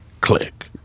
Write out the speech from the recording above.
Click